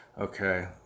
Okay